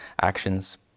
actions